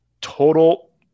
Total